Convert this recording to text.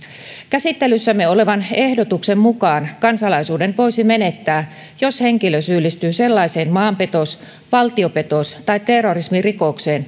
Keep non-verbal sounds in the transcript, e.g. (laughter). käsittelyssämme olevan ehdotuksen mukaan kansalaisuuden voisi menettää jos henkilö syyllistyy sellaiseen maanpetos valtiopetos tai terrorismirikokseen (unintelligible)